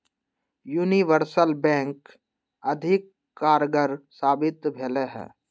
universal bank अधिक कारगर साबित भेलइ ह